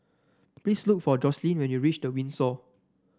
please look for Joslyn when you reach The Windsor